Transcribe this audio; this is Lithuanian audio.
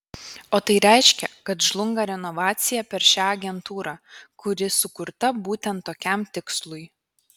o tai reiškia kad žlunga renovacija per šią agentūrą kuri sukurta būtent tokiam tikslui